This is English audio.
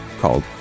called